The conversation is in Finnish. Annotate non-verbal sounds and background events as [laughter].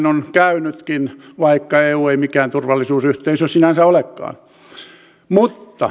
[unintelligible] on käynytkin vaikka eu ei mikään turvallisuusyhteisö sinänsä olekaan mutta